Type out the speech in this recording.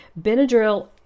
Benadryl